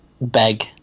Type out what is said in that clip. beg